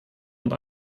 und